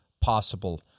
possible